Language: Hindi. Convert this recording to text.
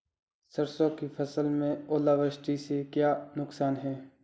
सरसों की फसल में ओलावृष्टि से क्या नुकसान है?